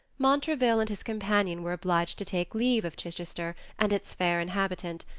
montraville and his companion were obliged to take leave of chichester and its fair inhabitant,